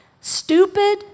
stupid